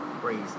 crazy